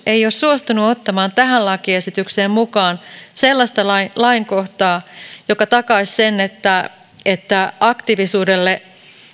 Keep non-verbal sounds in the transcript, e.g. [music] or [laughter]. [unintelligible] ei ole suostunut ottamaan tähän lakiesitykseen mukaan sellaista lainkohtaa joka takaisi sen että että aktiivisuudelle